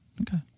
Okay